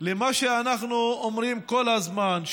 למה שאנחנו אומרים כל הזמן,